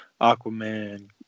Aquaman